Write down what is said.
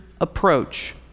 approach